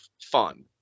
fun